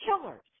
killers